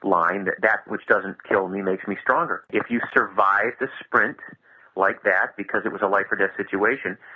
line, that which doesn't kill me makes me stronger. if you survive the sprint like that because it was a life or death situation,